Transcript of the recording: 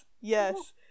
Yes